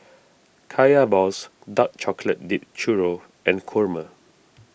Kaya Balls Dark Chocolate Dipped Churro and Kurma